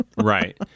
Right